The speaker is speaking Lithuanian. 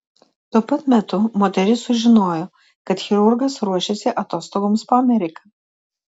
tuo pat metu moteris sužinojo kad chirurgas ruošiasi atostogoms po ameriką